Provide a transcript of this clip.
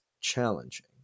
challenging